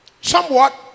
Somewhat